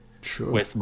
Sure